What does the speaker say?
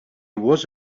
was